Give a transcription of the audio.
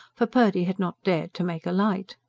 for purdy had not dared to make a light.